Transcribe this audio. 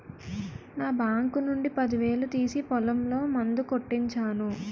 నా బాంకు నుండి పదివేలు తీసి పొలంలో మందు కొట్టించాను